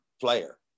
player